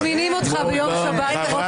אנחנו מזמינים אותך ביום שבת לראות את הכיכר בהבימה.